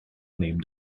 named